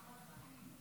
בבקשה.